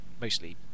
Mostly